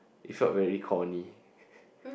it felt very corny